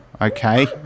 okay